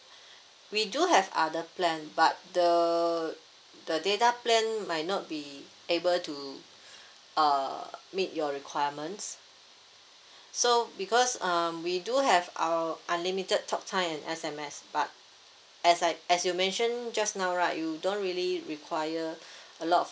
we do have other plan but the the data plan might not be able to uh meet your requirements so because um we do have our unlimited talk time and S_M_S but as like as you mention just now right you don't really require a lot of